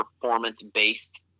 performance-based